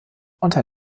unter